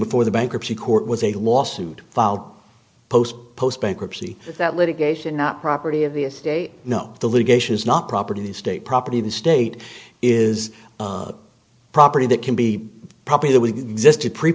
before the bankruptcy court was a lawsuit filed post post bankruptcy that litigation not property of the a stay no the litigation is not property the state property the state is property that can be property that we can exist to pre